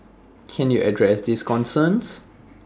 can you address these concerns